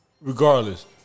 regardless